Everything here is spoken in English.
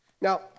Now